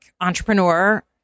entrepreneur